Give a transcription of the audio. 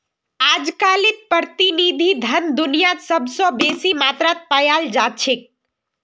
अजकालित प्रतिनिधि धन दुनियात सबस बेसी मात्रात पायाल जा छेक